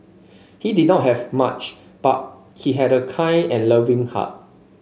he did not have much but he had a kind and loving heart